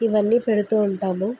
ఇవన్నీ పెడుతూ ఉంటాము